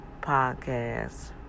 podcast